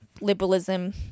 liberalism